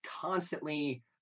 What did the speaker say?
constantly